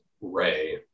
Ray